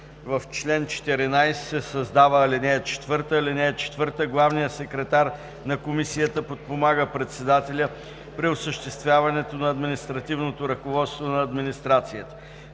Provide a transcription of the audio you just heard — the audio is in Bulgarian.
„В чл. 14 се създава ал. 4: „(4) Главният секретар на Комисията подпомага председателя при осъществяването на административното ръководство на администрацията.